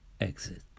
Exit